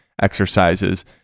exercises